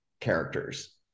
characters